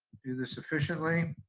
do this efficiently.